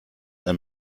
ein